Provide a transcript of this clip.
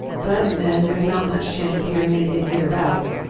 but, then, there's not much chance of hearing anything hereabouts.